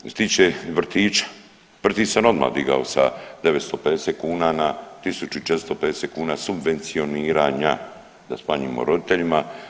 Što se tiče vrtića, vrtić sam odmah digao sa 950 kuna na 1450 kuna subvencioniranja da smanjimo roditeljima.